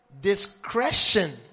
Discretion